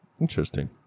Interesting